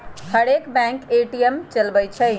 हरेक bank ATM चलबइ छइ